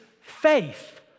faith